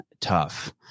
tough